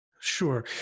Sure